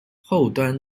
后端